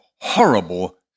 horrible